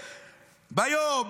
ביום,